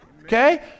Okay